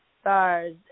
stars